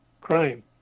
crime